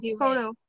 photo